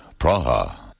Praha